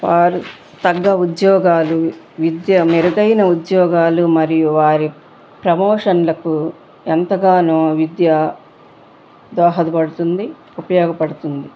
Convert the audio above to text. వారు తగ్గ ఉద్యోగాలు విద్య మెరుగైన ఉద్యోగాలు మరియు వారి ప్రమోషన్లకు ఎంతగానో విద్య దోహదపడుతుంది ఉపయోగపడుతుంది